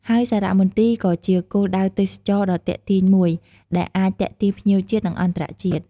ហើយសារមន្ទីរក៏ជាគោលដៅទេសចរណ៍ដ៏ទាក់ទាញមួយ ដែលអាចទាក់ទាញភ្ញៀវជាតិ និងអន្តរជាតិ។